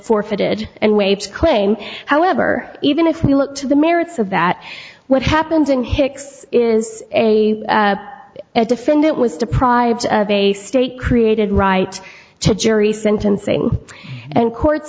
forfeited and waves claim however even if we look to the merits of that what happened in hicks is a defendant was deprived of a state created right to jury sentencing and courts